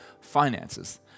finances